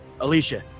Alicia